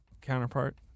counterpart